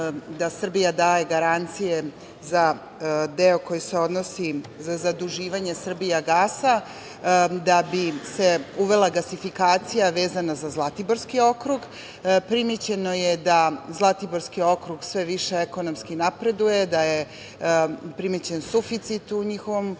da Srbija daje garancije za deo koji se odnosi za zaduživanje „Srbijagasa“, da bi se uvela gasifikacija vezana za Zlatiborski okrug. Primećeno je da Zlatiborski okrug sve više ekonomski napreduje, da je primećen suficit u njihovom